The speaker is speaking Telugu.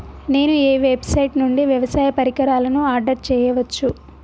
నేను ఏ వెబ్సైట్ నుండి వ్యవసాయ పరికరాలను ఆర్డర్ చేయవచ్చు?